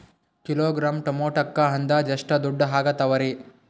Kilogram ಟೊಮೆಟೊಕ್ಕ ಅಂದಾಜ್ ಎಷ್ಟ ದುಡ್ಡ ಅಗತವರಿ?